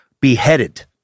beheaded